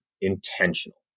intentional